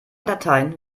dateien